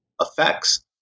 effects